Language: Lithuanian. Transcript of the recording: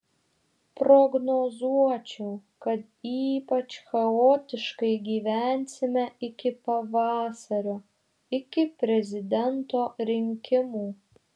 prognozuočiau kad ypač chaotiškai gyvensime iki pavasario iki prezidento rinkimų